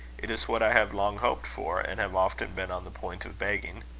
it is what i have long hoped for, and have often been on the point of begging.